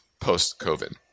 post-COVID